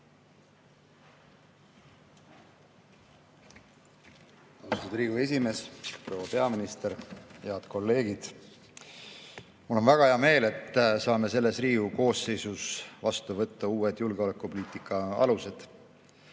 Riigikogu esimees! Proua peaminister! Head kolleegid! Mul on väga hea meel, et saame selles Riigikogu koosseisus vastu võtta uued julgeolekupoliitika alused.